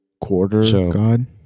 quarter-god